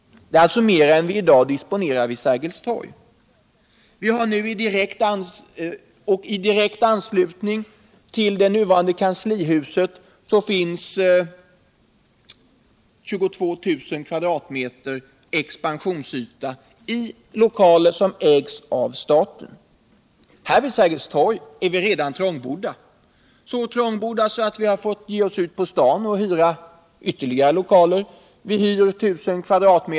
Det är alltså mer än vi i dag disponerar vid Sergels torg. I direkt: anslutning till det nuvarande kanslihuset finns 22 000 m? expansionsyta i lokaler som ägs av staten. Här vid Sergels torg är vi redan trångbodda, så trångbodda att vi har fått ge oss ut på stan och hyra ytterligare lokaler. Vi hyr 1.000 m?